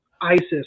ISIS